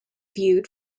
viewed